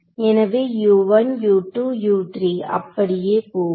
எனவே அப்படியே போகும்